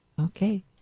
Okay